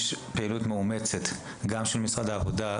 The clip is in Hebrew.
יש פעילות מאומצת גם של משרד העבודה,